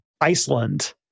Iceland